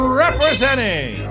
representing